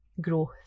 growth